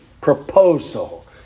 proposal